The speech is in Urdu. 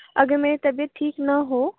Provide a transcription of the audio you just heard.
اگر میری طبیعت ٹھیک نہ ہو